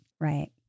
Right